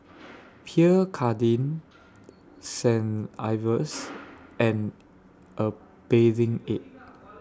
Pierre Cardin Saint Ives and A Bathing Ape